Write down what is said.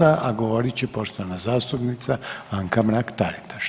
a, a govorit će poštovana zastupnica Anka Mrak-Taritaš,